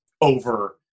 over